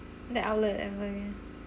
that outlet ever again